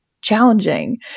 challenging